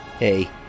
Hey